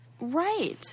Right